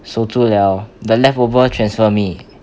收住了 the leftover transfer me